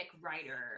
writer